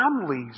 families